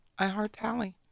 iHeartTally